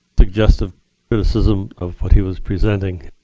suggestive criticism of what he was presenting.